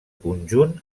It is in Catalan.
conjunt